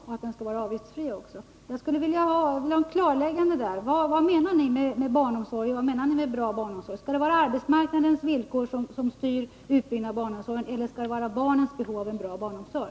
Vi vill också att barnomsorgen skall vara bra och avgiftsfri. Jag vill ha ett klarläggande från socialdemokraterna. Vad menar ni med en god barnomsorg? Skall utbyggnaden av barnomsorgen styras av arbetsmarknadens villkor eller av barnens behov av en god barnomsorg?